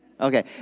Okay